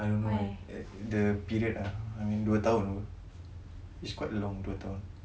I don't know the period ah I mean dua tahun apa I's quite long dua tahun